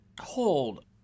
hold